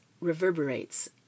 reverberates